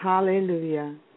Hallelujah